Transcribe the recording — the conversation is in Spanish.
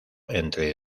entre